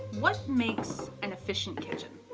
what makes an efficient kitchen?